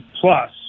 plus